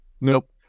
Nope